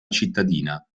cittadina